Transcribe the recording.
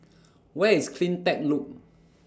Where IS CleanTech Loop